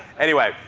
anyway,